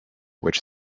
which